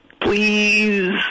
Please